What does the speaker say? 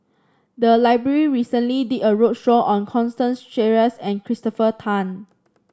the library recently did a roadshow on Constance Sheares and Christopher Tan